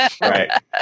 Right